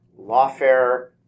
Lawfare